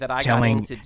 telling